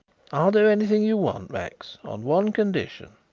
i'll do anything you want, max, on one condition.